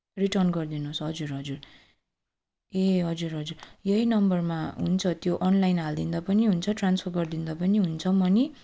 return गरिदिनुहोस् हजुर हजुर ए हजुर हजुर यही नम्बरमा हुन्छ त्यो अनलाइन हालिदिँदा पनि हुन्छ ट्रान्सफर गरिदिँदा पनि हुन्छ मनी